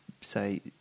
say